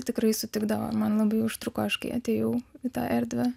tikrai sutikdavo man labai užtruko aš kai atėjau į tą erdvę